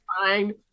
fine